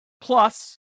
Plus